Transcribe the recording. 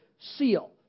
seal